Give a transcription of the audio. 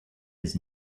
his